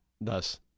thus